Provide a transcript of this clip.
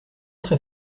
très